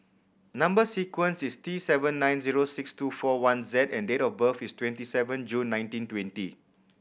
number sequence is T seven nine zero six two four one Z and date of birth is twenty seven June nineteen twenty